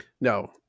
No